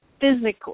physically